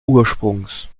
ursprungs